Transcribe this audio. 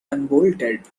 unbolted